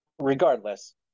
Regardless